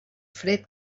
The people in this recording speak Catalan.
fred